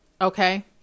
okay